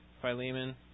Philemon